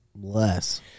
less